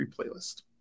playlist